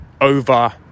over